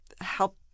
help